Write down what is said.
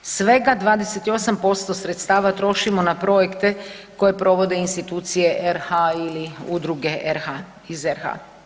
Svega 28% sredstava trošimo na projekte koje provode institucije RH ili udruge iz RH.